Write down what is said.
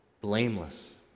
blameless